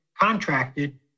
contracted